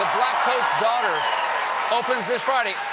blackcoat's daughter opens this friday.